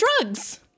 drugs